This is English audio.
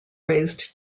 raised